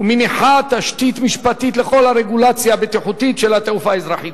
ומניחה תשתית משפטית לכל הרגולציה הבטיחותית של התעופה האזרחית.